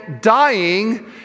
dying